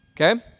Okay